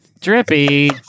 Drippy